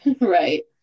right